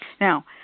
Now